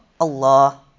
Allah